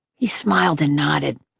he smiled and nodded.